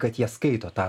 kad jie skaito tą